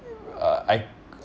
uh I